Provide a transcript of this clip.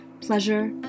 pleasure